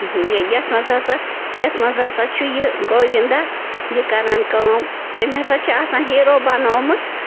یَتھ منٛز ہَسا یَتھ منٛز ہَسا چھُ یہِ گووِینٛدا یہِ کَران کٲم تٔمۍ ہَسا چھِ آسان ہیٖرو بنوومُت